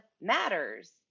matters